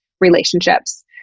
relationships